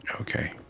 Okay